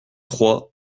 trois